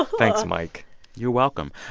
ah thanks, mike you're welcome.